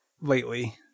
lately-